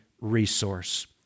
resource